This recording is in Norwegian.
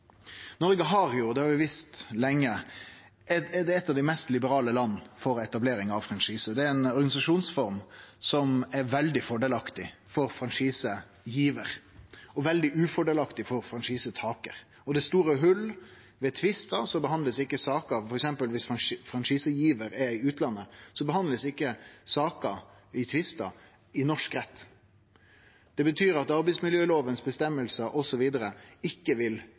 Noreg er – det har vi visst lenge – eit av dei mest liberale landa for etablering av franchise. Det er ei organisasjonsform som er veldig fordelaktig for franchisegivar, og veldig lite fordelaktig for franchisetakar. Det er store hol. Ved tvistar blir ikkje saker behandla i norsk rett viss f.eks. franchisegivar er i utlandet. Det betyr at føresegnene i arbeidsmiljølova osv. ikkje vil bli handterte, fordi dei hamnar i utlandet. Det